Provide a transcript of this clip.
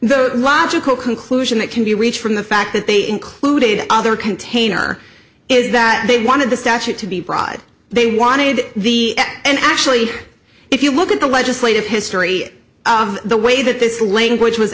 the logical conclusion that can be reached from the fact that they included other container is that they wanted the statute to be broad they wanted the and actually if you look at the legislative history the way that this language was